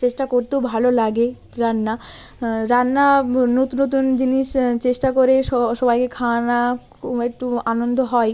চেষ্টা করতেও ভালো লাগে রান্না রান্না নতুন নতুন জিনিস চেষ্টা করে সবাইকে খাওয়ানো একটু আনন্দ হয়